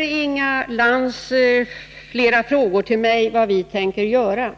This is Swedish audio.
Inga Lantz ställer här flera frågor till mig om vad vi tänker göra.